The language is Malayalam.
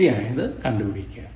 ശരിയായത് കണ്ടുപിടിക്കുക